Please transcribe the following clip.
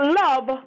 love